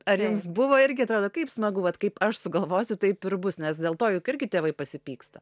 ar jums buvo irgi atrodo kaip smagu vat kaip aš sugalvosiu taip ir bus nes dėl to juk irgi tėvai pasipyksta